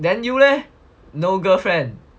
then you leh no girlfriend